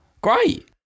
Great